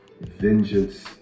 vengeance